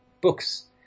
books